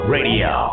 Radio